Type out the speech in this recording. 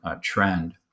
trend